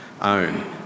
own